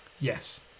Yes